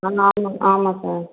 நான் நார்மல் ஆமாம் சார்